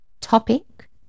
topic